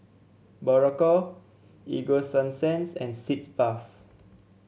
Berocca Ego Sunsense and Sitz Bath